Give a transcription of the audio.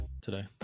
today